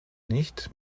nicht